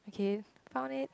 okay found it